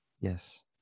Yes